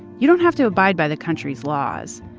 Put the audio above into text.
you don't have to abide by the country's laws.